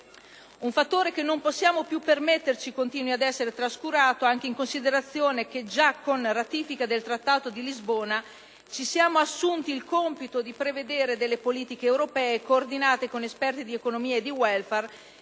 un fattore che non ci possiamo più permettere che continui ad essere trascurato, anche in considerazione del fatto che, già con la ratifica del Trattato di Lisbona, ci siamo assunti il compito di prevedere politiche europee, coordinate con esperti di economia e di *welfare*,